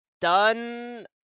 Done